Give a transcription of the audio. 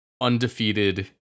undefeated